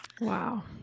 Wow